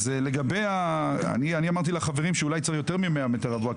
אמרתי לחברים שאולי צריך יותר מ-100 מטרים רבועים,